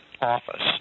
office